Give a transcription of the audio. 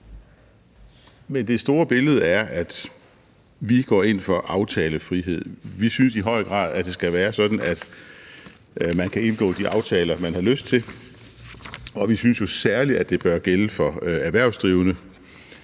Men det store billede er, at vi går ind for aftalefrihed. Vi synes i høj grad, det skal være sådan, at man kan indgå de aftaler, man har lyst til, og vi synes særlig, det bør gælde for erhvervsdrivende,